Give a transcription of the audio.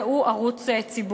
והוא ערוץ ציבורי.